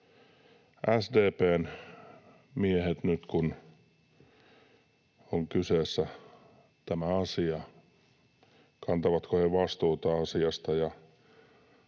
SDP:n miehet nyt, kun on kyseessä tämä asia? Kantavatko he vastuuta asiasta?